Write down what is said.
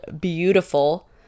beautiful